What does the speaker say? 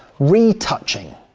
retouching.